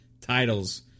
titles